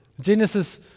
Genesis